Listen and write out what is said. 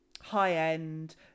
high-end